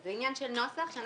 זה עניין של נוסח.